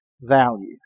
value